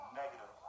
negative